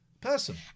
person